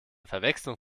verwechslung